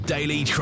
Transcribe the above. Daily